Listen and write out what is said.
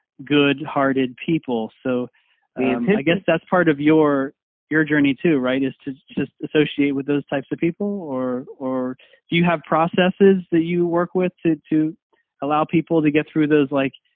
good hearted people. so i guess that's part of your your journey to write is to just associate with those types of people or or do you have processes that you work with to to allow people to get through those like,